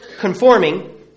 conforming